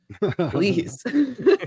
please